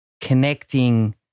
connecting